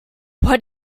what